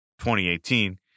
2018